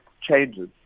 changes